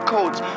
Codes